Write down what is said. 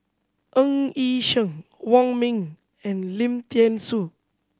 Ng Yi Sheng Wong Ming and Lim Thean Soo